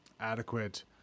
adequate